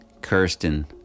Kirsten